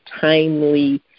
timely